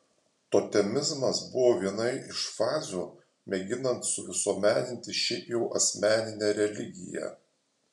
totemizmas buvo viena iš fazių mėginant suvisuomeninti šiaip jau asmeninę religiją